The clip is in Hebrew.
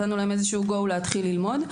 איזשהו גו להתחיל ללמוד.